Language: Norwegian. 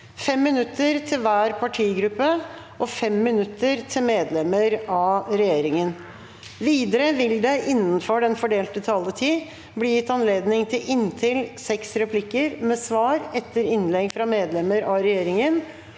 5 minutter til hver partigruppe og 5 minutter til medlemmer av regjeringen. Videre vil det – innenfor den fordelte taletid – bli gitt anledning til inntil seks replikker med svar etter innlegg fra medlemmer av regjeringen,